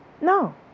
No